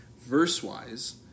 verse-wise